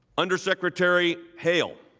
undersecretary hill,